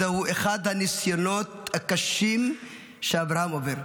זהו אחד הניסיונות הקשים שאברהם עובר.